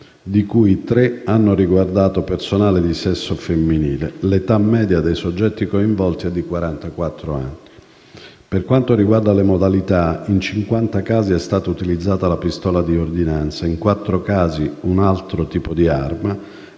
di cui tre hanno riguardato personale di sesso femminile. L'età media dei soggetti coinvolti è di quarantaquattro anni. Per quanto riguarda le modalità, in 50 casi è stata utilizzata la pistola di ordinanza, in quattro casi un altro tipo di arma,